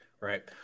right